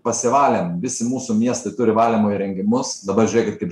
pasivalėm mūsų miestai turi valymo įrengimus dabar žiūrėkit kaip